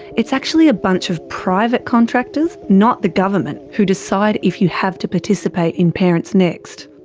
it's actually a bunch of private contractors not the government who decide if you have to participate in parents next.